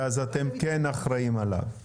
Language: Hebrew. ואז אתם כן אחראים עליו?